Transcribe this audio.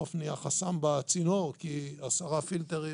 בסוף נהיה חסם בצינור כי עשרה פילטרים